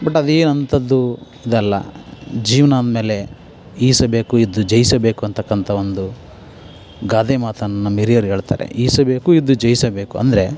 but ಅದೇನಂಥದ್ದು ಇದಲ್ಲ ಜೀವನಾಂದ್ಮೇಲೆ ಈಸಬೇಕು ಇದ್ದು ಜಯಿಸಬೇಕು ಅಂತಕ್ಕಂತ ಒಂದು ಗಾದೆ ಮಾತನ್ನು ನಮ್ಮ ಹಿರಿಯರು ಹೇಳ್ತಾರೆ ಈಸಬೇಕು ಇದ್ದು ಜಯಿಸಬೇಕು ಅಂದರೆ